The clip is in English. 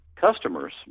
customers